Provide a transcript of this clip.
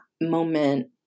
moment